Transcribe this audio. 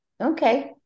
Okay